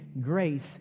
grace